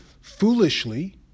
foolishly